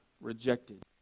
rejected